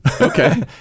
Okay